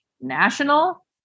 national